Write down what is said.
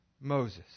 Moses